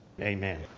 Amen